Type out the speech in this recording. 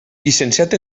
llicenciat